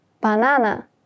Banana